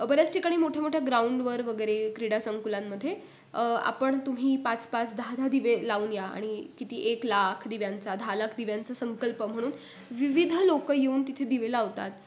बऱ्याच ठिकाणी मोठ्या मोठ्या ग्राऊंडवर वगैरे क्रीडा संकुलांमध्ये आपण तुम्ही पाच पाच दहा दहा दिवे लावून या आणि किती एक लाख दिव्यांचा दहा लाख दिव्यांचा संकल्प म्हणून विविध लोकं येऊन तिथे दिवे लावतात